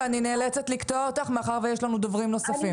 ואני נאלצת לקטוע אותך מאחר ויש לנו דוברים נוספים.